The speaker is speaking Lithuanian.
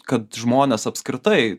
kad žmonės apskritai